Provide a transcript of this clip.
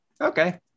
okay